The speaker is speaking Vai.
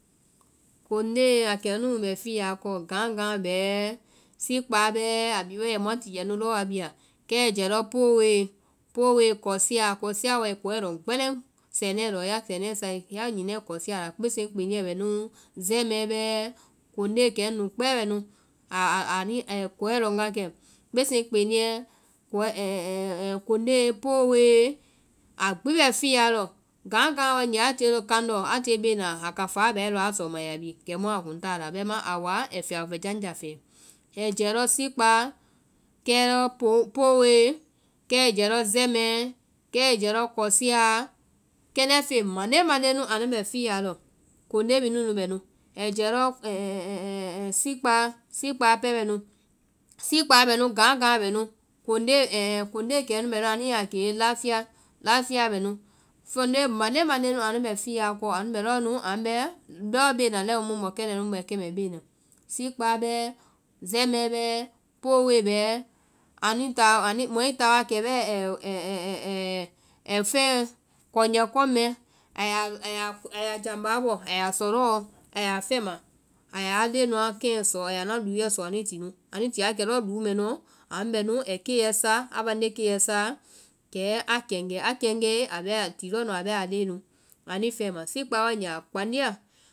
Kóndee, a kɛnunu bɛ fiyaa kɔ, gaŋgaã bɛɛ, sikpáa bɛɛ, a wae ai muã tiɛɛ nu lɔɔ wa bia, kɛ ɛ jɛɛ lɔ powoe, powoe, kɔsia, kɔsia wae ai kɔɛ lɔŋ gbɛlɛŋ sɛnɛɛ lɔ, ya sɛnɛ sae ya nyinae kɔsia la, kpesenkpeniɛ bɛ nu, zɛmɛɛ bɛɛ. kondee kɛnu nu kpɛɛ bɛ nu, ai kɔɛ lɔŋ wa kɛ. Kpeseŋkpeniɛ, konde, powoee, a gbi bɛ fiya lɔ. gaŋgaa wae gee a tie kandɔ a tie bee na a kafaa a bɛae ai jii wa kɛ a ya bi, bɛimaã a woa fiyabɔ fɛjanja la. Ai jɛɛ lɔ sikpaa, kɛ lɔ powoee, kɛ ai jɛɛ lɔ zɛmɛɛ, kɛ ai jɛɛ lɔ kɔsiaa, kɛndɛ́ feŋ mande mande nu anu bɛ lɔɔ fiya lɔ, konde bhii nu nu bɛ nu. Ai jɛɛ lɔ sikpaa, sikpaa pɛɛ bɛ nu, sikpaa bɛ nu, gaãŋgaã bɛ nu, konde <> konde kɛnu bɛ nu anu yaa kee lafiya, lafiya bɛ nu, konde mande mande nu bɛ fiyaa kɔ, anu bɛ bee na nu. anu bɛ lɔɔ bee na lɛi mu mu mɔ kɛndɛ́ɛ nu bɛ kɛmɛ bee na. Sipkaa bɛɛ, zɛmɛɛ bɛ, powoe bɛɛ, anui ta. mɔɛ i ta wa kɛ bɛɛ ɛ kɔnyɛ kɔŋ mɛɛ, ai ya jambaa bɔ aya sɔ lɔɔ ai ya fɛma, ai ya leŋɛ nuã keŋɛ sɔ, a ya nuã luɛ sɔ ani ti nu. Anuĩ ti wa kɛ luu mɛ nuɔ anu bɛ nu ai keiɛ sa, a bande keiɛ saa, kɛ a kɛngɛ, a kɛngɛe abɛ a-ai ti lɔɔ nu abɛ aa leŋɛ nu, sikpaa waigee a kpandia.